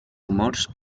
rumors